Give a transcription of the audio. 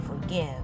forgive